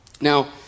Now